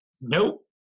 nope